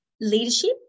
leadership